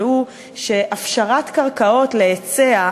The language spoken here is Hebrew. והוא שהפשרת קרקעות להיצע,